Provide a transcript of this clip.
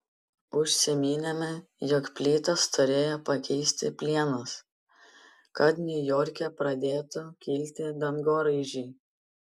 užsiminėme jog plytas turėjo pakeisti plienas kad niujorke pradėtų kilti dangoraižiai